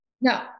No